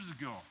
ago